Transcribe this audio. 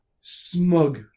smug